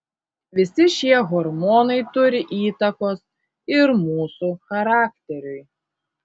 visi šie hormonai turi įtakos ir mūsų charakteriui